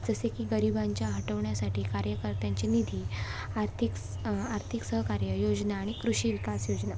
जसे की गरिबांच्या हटवण्यासाठी कार्यकर्त्यांची निधी आर्थिक आर्थिक सहकार्य योजना आणि कृषी विकास योजना